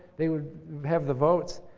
they would have the votes.